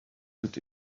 good